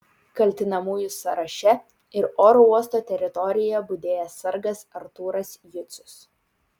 kaltinamųjų sąraše ir oro uosto teritorijoje budėjęs sargas artūras jucius